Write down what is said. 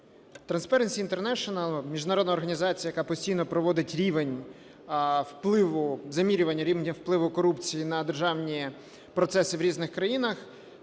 Transpаrency International, міжнародна організація, яка постійно проводить рівень впливу, замірювання рівня впливу корупції на державні процеси в різних країнах,